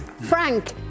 Frank